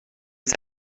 les